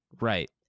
right